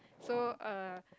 so err